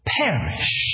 perish